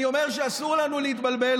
אני אומר גם שאסור לנו להתבלבל,